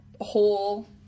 Whole